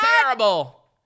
terrible